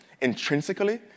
intrinsically